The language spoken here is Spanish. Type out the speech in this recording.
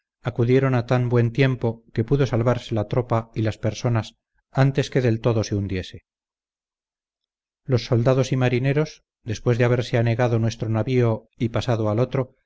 acudieron a tan buen tiempo que pudo salvarse la ropa y las personas antes que del todo se hundiese los soldados y marineros después de haberse anegado nuestro navío y pasado al otro